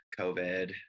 COVID